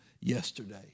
yesterday